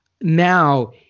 now